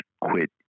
quit